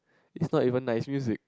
it's not even nice music